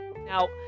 Now